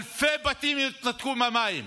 אלפי בתים ינותקו ממים.